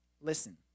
listen